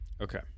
Okay